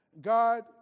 God